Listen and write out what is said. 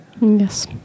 Yes